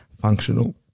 functional